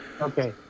Okay